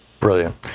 Brilliant